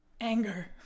anger